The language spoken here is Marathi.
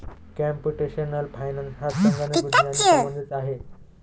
कॉम्प्युटेशनल फायनान्स हा संगणक विज्ञानाशी संबंधित आहे